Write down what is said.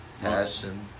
Passion